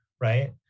right